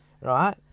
right